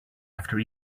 after